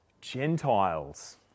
Gentiles